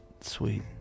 Sweet